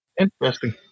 Interesting